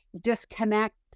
disconnect